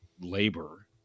labor